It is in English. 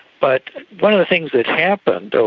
but one of the things that happened, so